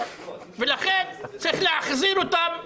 ולכן צריך להחזיר אותם לישראל,